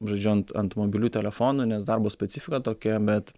žaidžiu ant ant mobilių telefonų nes darbo specifika tokia bet